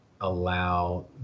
allow